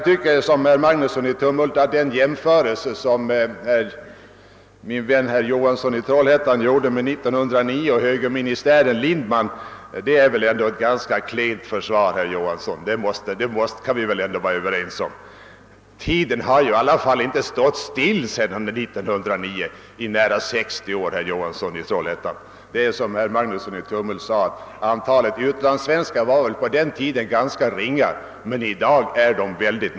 Liksom herr Magnusson i Tumhult tycker jag att den jämförelse, som min vän herr Johansson i Trollhättan gjorde med år 1909 och högerministären Lindman, är ett klent försvar — det kan väl ändå herr Johansson och jag vara överens om. Under de sextio år som gått sedan 1909 har ju utvecklingen inte stått stilla. Som herr Magnusson i Tumhult framhöll var antalet utlandssvenskar på den tiden ganska ringa, medan det i dag är mycket stort.